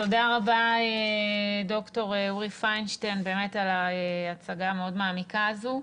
תודה רבה דוקטור אורי פיינשטיין על על ההצגה המאוד מעמיקה הזו.